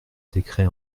décret